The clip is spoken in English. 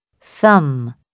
thumb